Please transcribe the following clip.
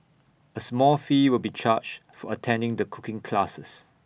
A small fee will be charged for attending the cooking classes